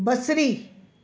बसरी